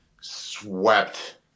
swept –